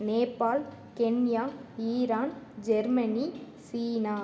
Nepal Kenya Iran Germany China